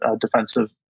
defensive